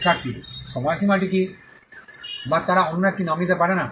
শিক্ষার্থী সময়সীমাটি কী বা তারা অন্য একই নামটি নিতে পারে না